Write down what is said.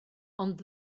ond